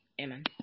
Amen